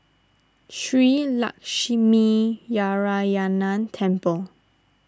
Shree Lakshminarayanan Temple